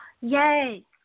Yay